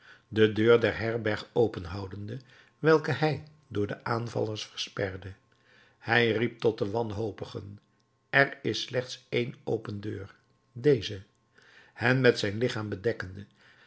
de deur der herberg open houdende welke hij voor de aanvallers versperde hij riep tot de wanhopigen er is slechts één open deur deze hen met zijn lichaam bedekkende